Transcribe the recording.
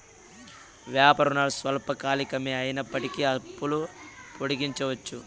వ్యాపార రుణాలు స్వల్పకాలికమే అయినప్పటికీ అప్పులు పొడిగించవచ్చు